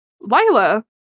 Lila